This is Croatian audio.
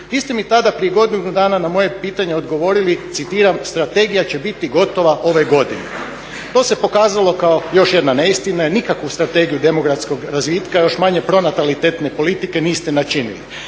ste mi tada prije godinu dana na moje pitanje odgovorili, citiram: "Strategija će biti gotova ove godine.". To se pokazalo kao još jedna neistina jer nikakvu strategiju demografskog razvitka, još manje pronatalitetne politike niste načinili.